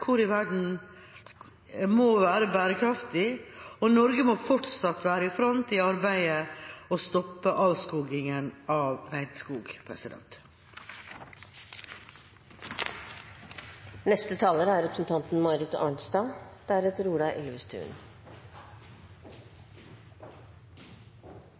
hvor i verden – må være bærekraftig, og Norge må fortsatt være i front i arbeidet med å stoppe avskoging av